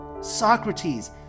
Socrates